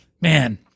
man